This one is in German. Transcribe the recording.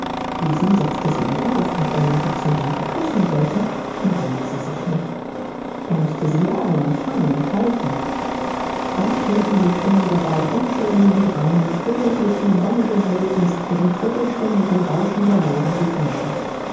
diesen setzte sie ihm auf und wenn er sie zum dank küssen wollte entwand sie sich ihm er mußte sie jagen und fangen und halten dann tönten die stimmen der beiden unschuldigen und reinen fröhlich durch die wonnige wildniß mit den vogelstimmen und dem rauschen der wogen sich mischend